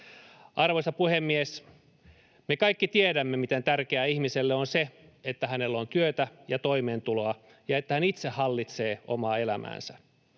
Arvoisa puhemies! Me kaikki tiedämme, miten tärkeää ihmiselle on se, että hänellä on työtä ja toimeentuloa ja että hän itse hallitsee omaa elämäänsä.